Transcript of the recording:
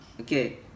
Okay